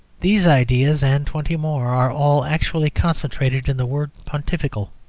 these ideas, and twenty more, are all actually concentrated in the word pontifical.